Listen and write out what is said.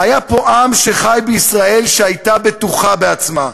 היה פה עם שחי בישראל שהייתה בטוחה בעצמה,